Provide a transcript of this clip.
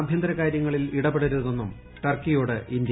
ആഭൃന്തര കാരൃങ്ങളിൽ ഇട്ടപെടരുതെന്നും ടർക്കിയോട് ഇന്ത്യ